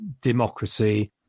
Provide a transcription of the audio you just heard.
democracy